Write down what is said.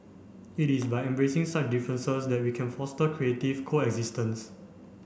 it is by embracing such differences that we can foster creative coexistence